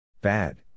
Bad